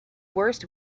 worst